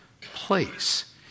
place